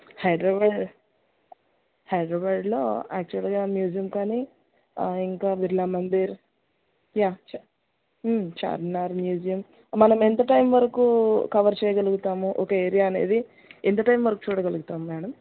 హైదరాబాద్లో యాక్చువల్గా మ్యూజియం కానీ ఇంకా బిర్లా మందిర్ యా చార్మినార్ మ్యూజియం మనం ఎంత టైమ్ వరకు కవర్ చేయగలుగుతాము ఒక ఏరియా అనేది ఎంత టైమ్ వరకు చూడగలుగుతాము మేడమ్